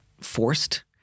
forced